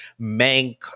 mank